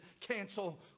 cancel